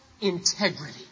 integrity